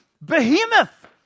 behemoth